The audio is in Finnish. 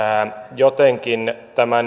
jotenkin tämä